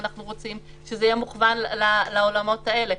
אנחנו רוצים שזה יהיה מוכוון לאולמות האלה.